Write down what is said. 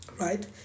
right